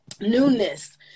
newness